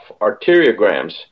arteriograms